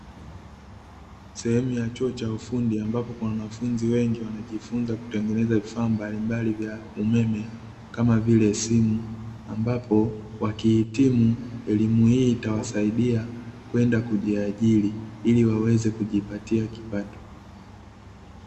Sehemu ya chuo cha ufundi ambapo wanafunzi wengi wanajifunza kutengeneza vifaa mbalimbali vya umeme, kama vile simu ambapo wakihitimu elimu hii itawasaidia kwenda kujiajiri ili waweze kujipatia kipato.